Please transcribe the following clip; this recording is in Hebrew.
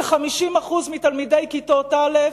כ-50% מתלמידי כיתות א'